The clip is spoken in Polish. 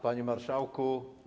Panie Marszałku!